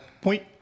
point